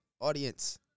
audience